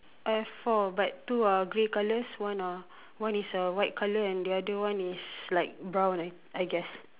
I have four but two are grey colours one are one is a white colour and the other one is like brown I guess